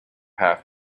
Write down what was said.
half